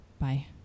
Bye